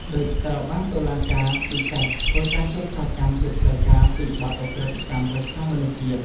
ឌុច ត្រូវបានតុលាការពិសេសធ្វើការចោទប្រកាន់ជាផ្លូវការពីបទ ឧក្រិដ្ឋកម្មប្រឆាំងមនុស្សជាតិ។